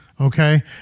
Okay